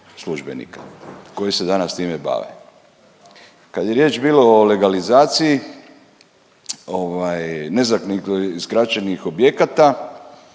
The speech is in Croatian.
službenika koji se danas time bave. Kad je riječ bilo o legalizaciji ovaj nezakonitih izgrađenih objekata